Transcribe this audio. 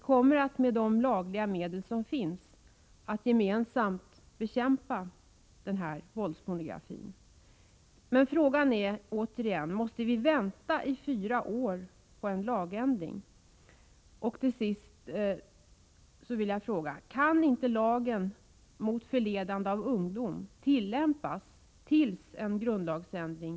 Med de lagliga medel som finns kommer vi gemensamt att bekämpa våldspornografin. Frågan är återigen: Måste vi vänta fyra år på en lagändring?